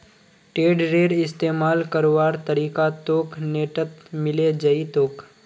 टेडरेर इस्तमाल करवार तरीका तोक नेटत मिले जई तोक